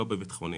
לא בביטחוניים,